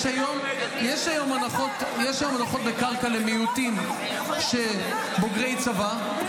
יש היום הנחות בקרקע למיעוטים בוגרי צבא,